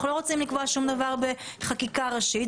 אנחנו לא רוצים לקבוע שום דבר בחקיקה ראשית,